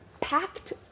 packed